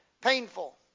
painful